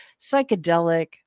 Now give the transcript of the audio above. psychedelic